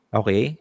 okay